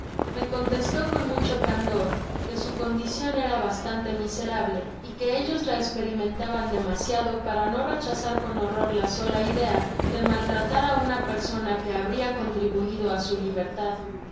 me contestó con mucho candor que su condicion era bastante miserable y que ellos la esperimentaban demasiado para no rechazar con horror la sola idea de maltratar á una persona que habria contribuido á su libertad